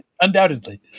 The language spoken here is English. Undoubtedly